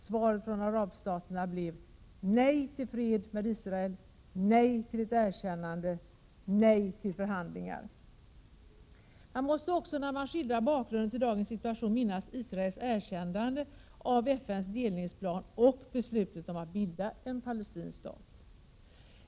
Svaret från arabstaterna blev nej till fred med Israel, nej till ett erkännande och nej till förhandlingar. När man skildrar bakgrunden till dagens situation måste man också minnas Israels erkännande av FN:s delningsplan och beslutet om att bilda en palestinsk stat.